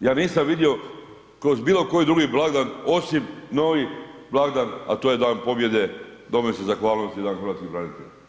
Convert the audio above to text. ja nisam vidio kroz bilo koji drugi blagdan osim novi blagdan a to je Dan pobjede, domovinske zahvalnosti i Dan hrvatskih branitelja.